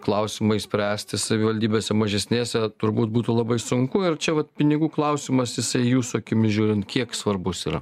klausimui spręsti savivaldybėse mažesnės turbūt būtų labai sunku ir čia vat pinigų klausimas jisai jūsų akimis žiūrint kiek svarbus yra